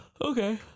Okay